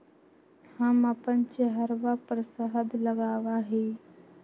हम अपन चेहरवा पर शहद लगावा ही